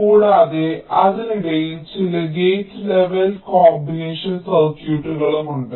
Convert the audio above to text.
കൂടാതെ അതിനിടയിൽ ചില ഗേറ്റ് ലെവൽ കോമ്പിനേഷൻ സർക്യൂട്ടുകൾ ഉണ്ട്